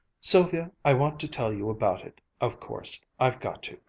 sylvia, i want to tell you about it, of course. i've got to.